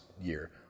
year